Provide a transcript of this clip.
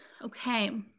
Okay